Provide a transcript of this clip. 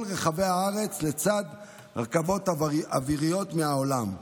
רחבי הארץ לצד רכבות אוויריות מהעולם.